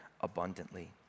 abundantly